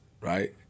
right